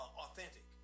authentic